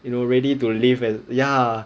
you know ready to live and ya